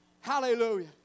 Hallelujah